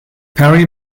perry